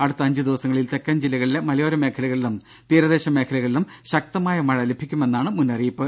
അടുത്ത അഞ്ചു ദിവസങ്ങളിൽ തെക്കൻ ജില്ലകളിലെ മലയോര മേഖലകളിലും തീരദേശ മേഖലകളിലും ശക്തമായ മഴ ലഭിക്കുമെന്നാണ് മുന്നറിയിപ്പ്